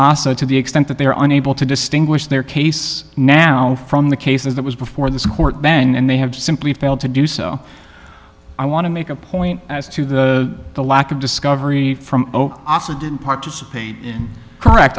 asa to the extent that they are unable to distinguish their case now from the cases that was before this court then and they have simply failed to do so i want to make a point as to the the lack of discovery from asa didn't participate correct